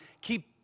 keep